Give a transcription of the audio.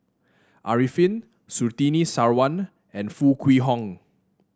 Arifin Surtini Sarwan and Foo Kwee Horng